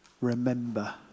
remember